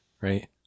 right